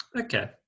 Okay